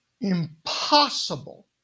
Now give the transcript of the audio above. impossible